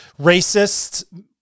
racist